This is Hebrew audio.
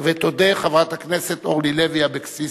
אני מברך את חברי הכנסת אורלי לוי אבקסיס,